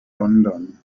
london